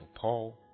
Paul